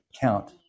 count